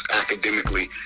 academically